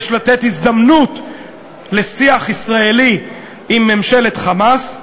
יש לתת הזדמנות לשיח ישראלי עם ממשלת "חמאס".